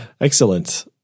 Excellent